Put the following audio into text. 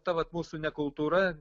ta vat mūsų nekultūra